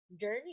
journey